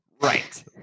right